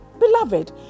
Beloved